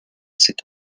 sept